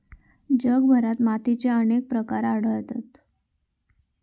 जगभरात मातीचे अनेक प्रकार आढळतत